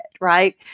right